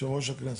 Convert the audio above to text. יושב ראש הכנסת.